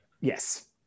Yes